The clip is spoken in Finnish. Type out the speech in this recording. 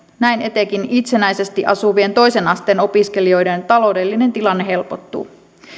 näin etenkin itsenäisesti asuvien toisen asteen opiskelijoiden taloudellinen tilanne helpottuu